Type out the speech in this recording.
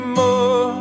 more